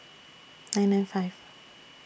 nine nine five